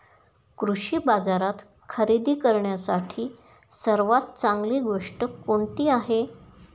कृषी बाजारात खरेदी करण्यासाठी सर्वात चांगली गोष्ट कोणती आहे?